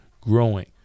growing